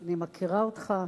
אני מכירה אותך,